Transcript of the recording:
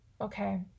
okay